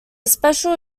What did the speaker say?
special